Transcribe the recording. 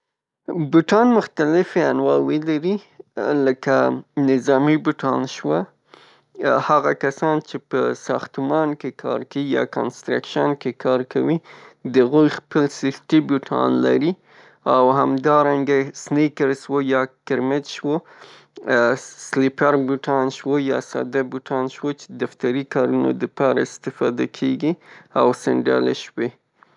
بوټان مختلف انواوې لري لکه نظامي بوټان شوه هغه کسان چې په ساختمان کی کار کیی یا کانسترکشن کی کار کوي د هغو خپل سیفتي بوټان لري او همدارنګه سنیکرز شوه یا کرمچ شوه، سلیپر بوټان شوه یا ساده بوټان شوه چې دفتري کارونو د پاره استفاده کیږي او سنډلې شوې.